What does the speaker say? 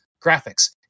graphics